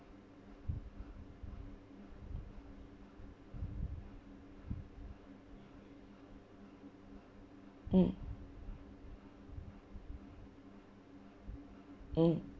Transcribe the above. mm mm